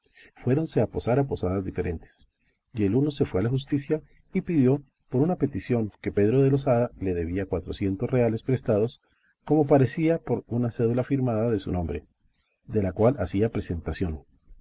a posar a posadas diferentes y el uno se fue a la justicia y pidió por una petición que pedro de losada le debía cuatrocientos reales prestados como parecía por una cédula firmada de su nombre de la cual hacía presentación